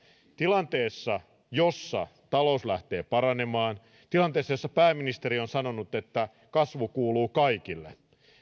tilanteessa jossa talous lähtee paranemaan tilanteessa jossa pääministeri on sanonut että kasvu kuuluu kaikille